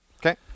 Okay